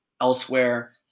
elsewhere